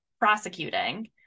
prosecuting